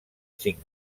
cinc